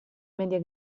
media